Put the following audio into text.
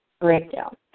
breakdown